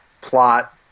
plot